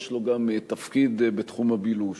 יש לו גם תפקיד בתחום הבילוש.